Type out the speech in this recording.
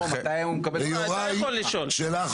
לא, מתי הוא מקבל --- יוראי, שאלה אחרונה.